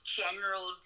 general